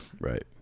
Right